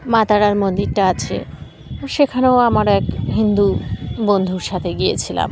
মাতারার মন্দিরটা আছে সেখানেও আমার এক হিন্দু বন্ধুর সাথে গিয়েছিলাম